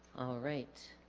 right